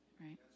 right